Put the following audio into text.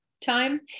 time